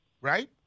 Right